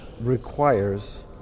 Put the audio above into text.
requires